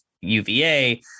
UVA